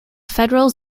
federals